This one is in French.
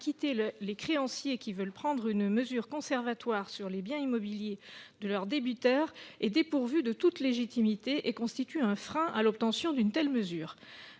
les créanciers qui veulent prendre une mesure conservatoire sur les biens immobiliers de leurs débiteurs est dépourvue de toute légitimité et constitue un frein à l'obtention d'une telle mesure.